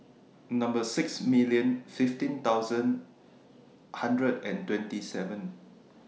six million fifteen thousand one hundred and twenty seven